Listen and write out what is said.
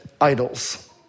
idols